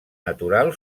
natural